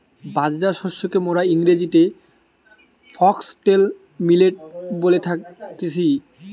বাজরা শস্যকে মোরা ইংরেজিতে ফক্সটেল মিলেট বলে থাকতেছি